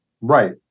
Right